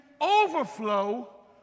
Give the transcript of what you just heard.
overflow